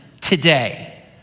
today